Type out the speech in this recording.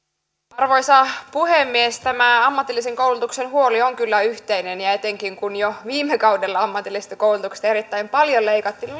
arvoisa puhemies tämä ammatillisen koulutuksen huoli on kyllä yhteinen ja etenkin kun jo viime kaudella ammatillisesta koulutuksesta erittäin paljon leikattiin